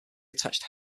attached